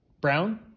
Brown